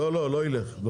לא לא, לא ילך.